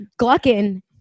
gluckin